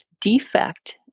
defect